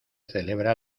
celebra